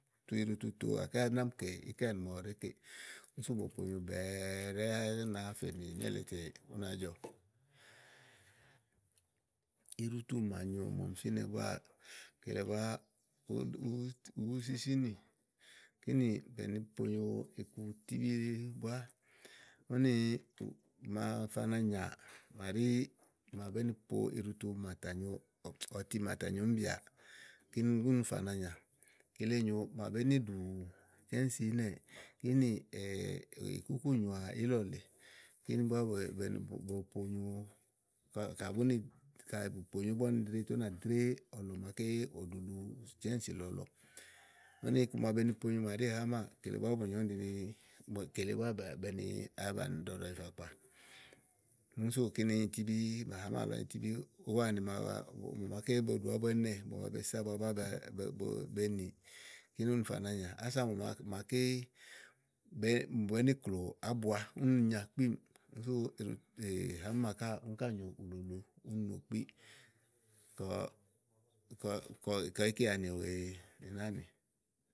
tu iɖutu tòo tè yá à nàá mì kè ikeanì màa ɔwɔ ɖèé keè úni sú bòo ponyo bɛ̀ɛ ɖɛ́ɛ ú náafè mì nélèe tè ú nàá jɔ iɖutu màa màa nyo, màa ɔmi fínɛ búáà, kele búá uwúsíwúsí kínì bèe ni ponyo ábua tìbí búá úni màa ƒana nyàà màaɖi màa bèé ni po ɔti màtà nyo míì bìà kíni únì fana nyà. Kile nyòo màa bèé ni ɖù cɛ́nsì ínɛ Kínì ìkúkú nyoà ílɔ̀lèe kíni búá be ni po bo ponyo kabùú nì ka bù ponyo ígbɔ úni dre tè ú nà dré ɔ̀lɔ̃ màaké ɖuɖu nyo cɛ́nsì lɔlɔ iku màa be ni ponyo màa ɖi hàámà kele búá bù nyo úni ni ɖi ni bèe ni ɖɔ̀ɖɔ̀ ìfàkpá úni súù kinì ìí nyitíbíí úni nyì tíbí. Úwàanì màa màa mò màaké bòo ɖù ábua ínɛ̀ be nì kíni únì fana nyà. Úni màakè bèe ni klò ábua kínì ìí nya kpíìm. Úni sú hàámà kínì ká nyòo ulu luulu úni no kpi kɔ, kɔ kɔ íkeanì wèe, nì náàni.